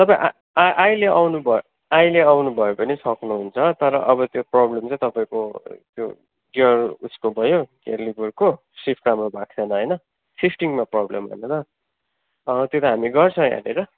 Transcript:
तपाईँ अहिले आउनु भयो अहिले आउनु भयो भने सक्नुहुन्छ तर अब त्यो प्रब्लम चाहिँ तपाईँको त्यो गियर उसको भयो गियर लिबरको सिफ्ट राम्रो भएको छैन होइन सिफ्टिङमा प्रब्लम होइन त अँ त्यो त हामी गर्छ यहाँनिर